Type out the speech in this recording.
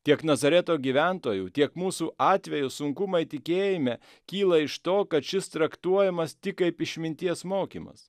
tiek nazareto gyventojų tiek mūsų atveju sunkumai tikėjime kyla iš to kad šis traktuojamas tik kaip išminties mokymas